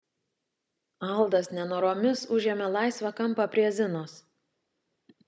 aldas nenoromis užėmė laisvą kampą prie zinos